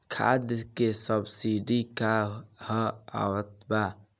खाद के सबसिडी क हा आवत बा?